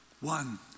one